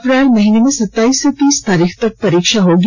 अप्रैल माह में सताईस से तीस तारीख तक परीक्षा होगी